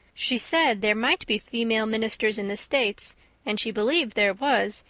she said there might be female ministers in the states and she believed there was,